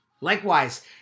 Likewise